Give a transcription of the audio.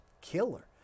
killer